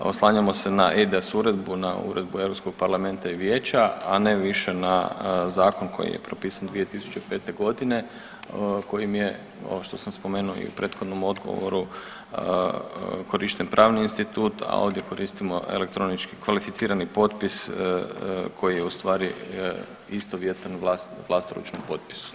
Oslanjamo se na EIDAS uredbu, na Uredbu Europskog parlamenta i vijeća, a ne više na zakon koji je propisan 2005. godine kojim je ovo što sam spomenuo i u prethodnom odgovoru korišten pravni institut, a ovdje koristimo elektronički kvalificirani potpisa koji je u stvari istovjetan vlastoručnom potpisu.